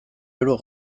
euro